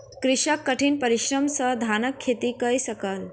कृषक कठिन परिश्रम सॅ धानक खेती कय सकल